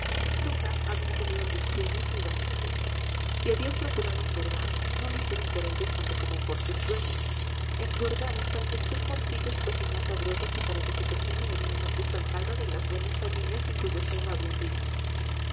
nunca habían tenido ambiciones ni vanidades si habían procurado engordar no lo hicieron por ellos tanto como por sus dueños engordaron para que sus morcillas fuesen más sabrosas y para que su tocino le diera más gusto al caldo de las buenas familias en cuyo seno habían vivido